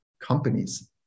companies